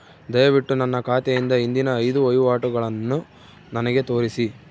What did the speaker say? ದಯವಿಟ್ಟು ನನ್ನ ಖಾತೆಯಿಂದ ಹಿಂದಿನ ಐದು ವಹಿವಾಟುಗಳನ್ನು ನನಗೆ ತೋರಿಸಿ